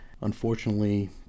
unfortunately